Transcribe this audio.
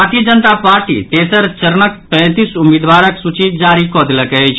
भारतीय जनता पार्टी तेसर चरणक पैंतीस उम्मीदबारक सूची जारी कऽ देलक अछि